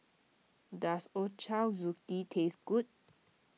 does Ochazuke taste good